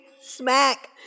smack